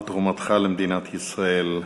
על תרומתך למדינת ישראל.